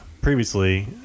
previously